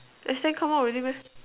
exam come out already meh